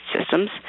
systems